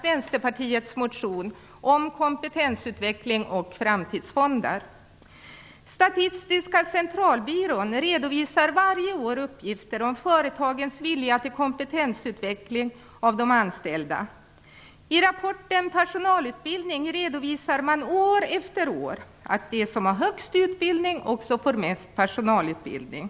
Vänsterpartiets motion om kompetensutveckling och framtidsfonder. Statistiska centralbyrån redovisar varje år uppgifter om företagens vilja till kompetensutveckling av de anställda. I rapporten om personalutbildning redovisar man år efter år att de som har högst utbildning också får mest personalutbildning.